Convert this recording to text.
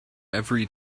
every